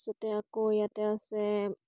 তাৰপিছতে আকৌ ইয়াতে আছে